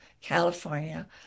California